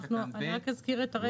אני רק אזכיר את הרקע,